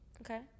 Okay